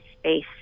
space